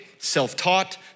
Self-taught